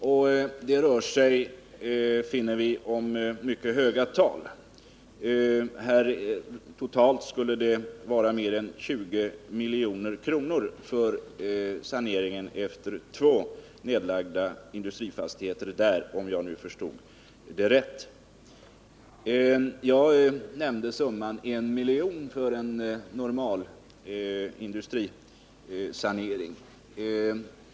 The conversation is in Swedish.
Vi finner att det rör sig om mycket höga tal, totalt skulle det vara fråga om mer än 20 milj.kr. för sanering efter två nedlagda industrifastigheter där, om jag nu förstått det hela rätt. Jag nämnde summan 1 miljon för en normal industrisanering.